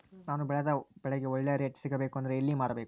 ನಾನು ಬೆಳೆದ ಬೆಳೆಗೆ ಒಳ್ಳೆ ರೇಟ್ ಸಿಗಬೇಕು ಅಂದ್ರೆ ಎಲ್ಲಿ ಮಾರಬೇಕು?